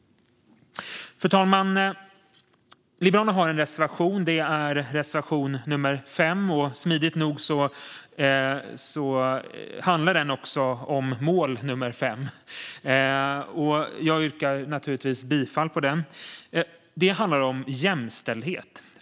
Fru talman! Liberalerna har en reservation, nummer 5, och smidigt nog handlar den också om mål nummer 5. Jag yrkar naturligtvis bifall till den. Det handlar om jämställdhet.